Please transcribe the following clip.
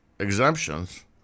exemptions